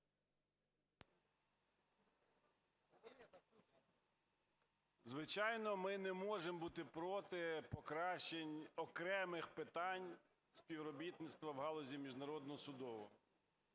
Звичайно, ми не можемо бути проти покращень окремих питань співробітництва в галузі міжнародного судового,